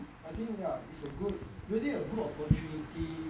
I think ya it's a good really a good opportunity